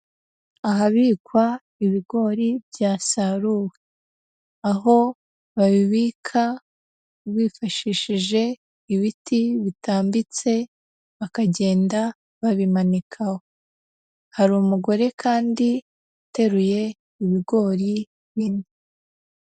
Ahabikwa ibigori byasaruwe, aho babibika bifashishije ibiti bitambitse, bakagenda babimanikaho, hari umugore kandi uteruye ibigori bine.